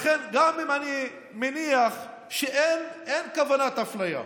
לכן, גם אם אני מניח שאין כוונת אפליה,